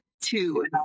Two